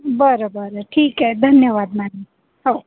बरं बरं ठीक आहे धन्यवाद मॅडम हो